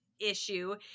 issue